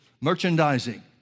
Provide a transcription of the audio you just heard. merchandising